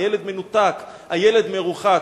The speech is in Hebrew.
הילד מנותק, הילד מרוחק.